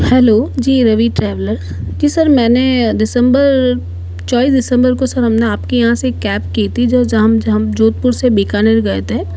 hello ji Ravi traveller ji sir मैंने दिसंबर चौबीस दिसंबर को सर हमने आपके यहाँ से कैब की थी जो जाम जाम जोधपुर से बीकानेर गए थे